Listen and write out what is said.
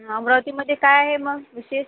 अमरावतीमध्ये काय आहे मग विशेष